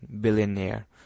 Billionaire